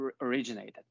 originated